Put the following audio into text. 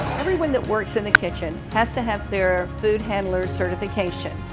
everyone that works in the kitchen has to have their food handler's certification.